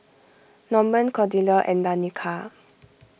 Norman Cordella and Danika